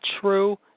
true